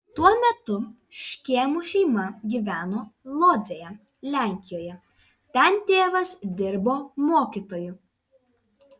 tuo metu škėmų šeima gyveno lodzėje lenkijoje ten tėvas dirbo mokytoju